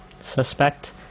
suspect